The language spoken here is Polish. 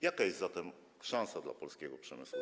Jaka jest zatem szansa dla polskiego przemysłu?